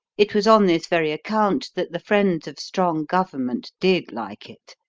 it was on this very account that the friends of strong government did like it.